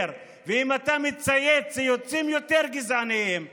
ואם אתה מצייץ ציוצים גזעניים יותר,